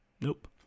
nope